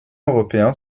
européen